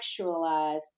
contextualize